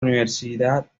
universidad